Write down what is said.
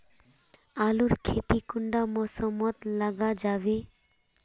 आलूर खेती कुंडा मौसम मोत लगा जाबे?